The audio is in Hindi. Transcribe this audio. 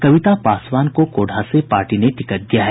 कविता पासवान को कोढ़ा से पार्टी ने टिकट दिया है